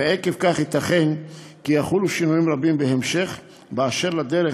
ועקב כך ייתכן כי יחולו שינויים רבים בהמשך באשר לדרך